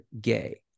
gay